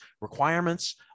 requirements